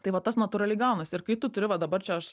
tai vat tas natūraliai gaunasi ir kai tu turi va dabar čia aš